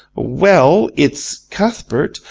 well, it's cuthbert.